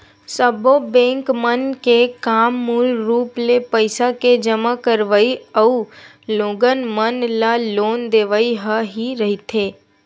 सब्बो बेंक मन के काम मूल रुप ले पइसा के जमा करवई अउ लोगन मन ल लोन देवई ह ही रहिथे